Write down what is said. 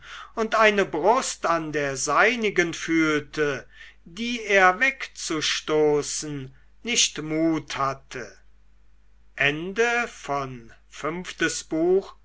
und eine brust an der seinen fühlte die er wegzustoßen nicht mut hatte